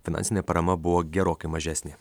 finansinė parama buvo gerokai mažesnė